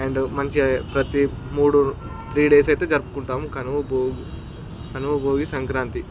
and మంచిగా ప్రతి ముడురో త్రీ డేస్ అయితే జరుపుకుంటాము కనుమ బో భోగి సంక్రాంతి